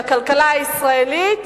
לכלכלה הישראלית,